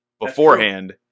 beforehand